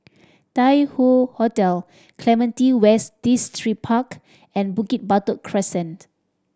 Tai Hoe Hotel Clementi West Distripark and Bukit Batok Crescent